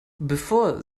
bevor